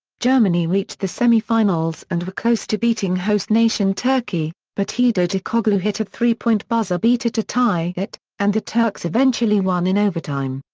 germany reached the semifinals and were close to beating host nation turkey, but hedo turkoglu hit a three point buzzer beater to tie it, and the turks eventually won in overtime.